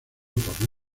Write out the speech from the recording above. por